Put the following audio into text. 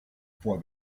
for